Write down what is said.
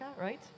right